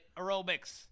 aerobics